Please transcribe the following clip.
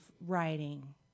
writing